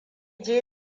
je